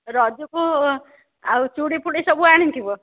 ରଜକୁ ଆଉ ଛୁଡ଼ି ଫୁଡି ସବୁ ଆଣିଥିବ